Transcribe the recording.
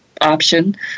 option